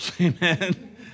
amen